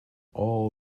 all